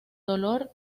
dolor